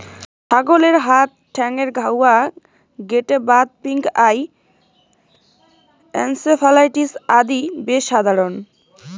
ছাগলের হাত ঠ্যাঙ্গের ঘাউয়া, গেটে বাত, পিঙ্ক আই, এনসেফালাইটিস আদি বেশ সাধারণ